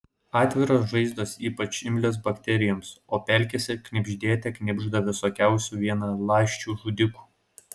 atviros žaizdos ypač imlios bakterijoms o pelkėse knibždėte knibžda visokiausių vienaląsčių žudikų